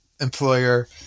employer